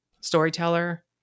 Storyteller